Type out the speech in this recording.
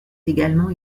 également